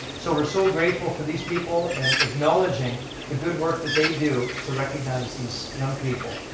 so we're so grateful for these people and acknowledging the good work that they do to recognize these young people.